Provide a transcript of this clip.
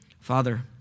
Father